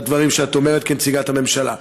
לדברים שאת אומרת כנציגת הממשלה.